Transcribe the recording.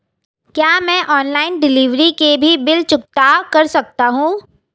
क्या मैं online delivery के भी बिल चुकता कर सकता हूँ?